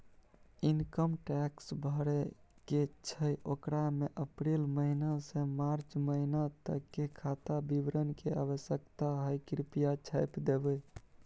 Income tax भरय के छै ओकरा में अप्रैल महिना से मार्च महिना तक के खाता विवरण के आवश्यकता हय कृप्या छाय्प देबै?